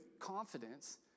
confidence